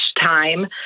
time